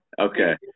Okay